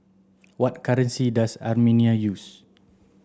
what currency does Armenia use